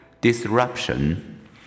disruption